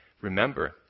remember